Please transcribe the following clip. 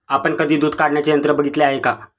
आपण कधी दूध काढण्याचे यंत्र बघितले आहे का?